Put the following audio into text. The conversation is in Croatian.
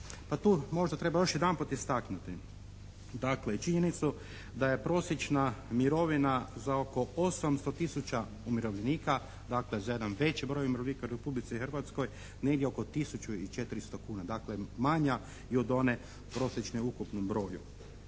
Pa tu možda treba još jedanput istaknuti dakle i činjenicu da je prosječna mirovina za oko 800 tisuća umirovljenika dakle za jedan veći broj umirovljenika u Republici Hrvatskoj negdje oko tisuću i četiristo kuna, dakle manja i od one prosječne u ukupnom broju.